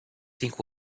think